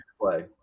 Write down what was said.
play